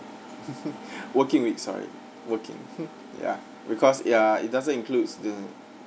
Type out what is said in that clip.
working week sorry working ya because ya it doesn't includes the